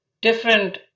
different